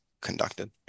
conducted